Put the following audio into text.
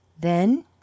Then